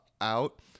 out